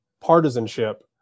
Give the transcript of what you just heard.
partisanship